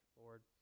Lord